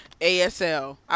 ASL